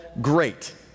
great